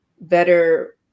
better